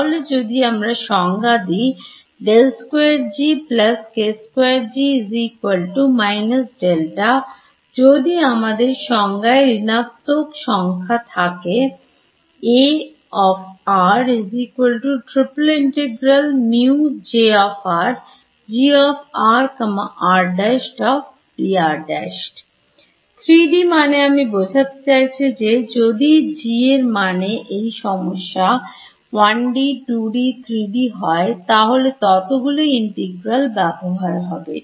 তাহলে যদি আমি সংজ্ঞা দিই যদি আমাদের সংজ্ঞায় ঋনাত্মক সংখ্যাকে তাহলে 3D মানে আমি বোঝাতে চাইছি যদি G মানে এই সমস্যা 1D2D3D হয় তাহলে ততগুলো Integral ব্যবহার হবে